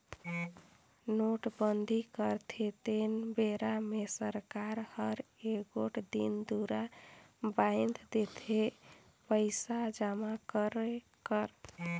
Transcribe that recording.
नोटबंदी करथे तेन बेरा मे सरकार हर एगोट दिन दुरा बांएध देथे पइसा जमा करे कर